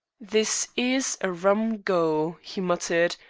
this is a rum go, he muttered,